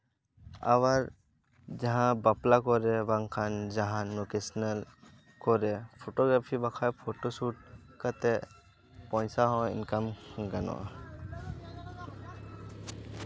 ᱟᱵᱟᱨ ᱡᱟᱦᱟᱸ ᱵᱟᱯᱞᱟ ᱠᱚᱨᱮ ᱵᱟᱝᱠᱷᱟᱱ ᱡᱟᱦᱟᱸ ᱞᱳᱠᱮᱥᱚᱱᱮᱞ ᱠᱚᱨᱮ ᱯᱦᱚᱴᱚ ᱜᱨᱟᱯᱷᱤ ᱵᱟᱝᱠᱷᱟᱱ ᱯᱷᱚᱴᱳ ᱥᱩᱴ ᱠᱟᱛᱮ ᱯᱚᱭᱥᱟ ᱦᱚᱸ ᱤᱱᱠᱟᱢ ᱜᱟᱱᱚᱜᱼᱟ